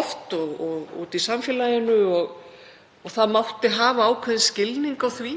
oft og úti í samfélaginu og það mátti hafa ákveðinn skilning á því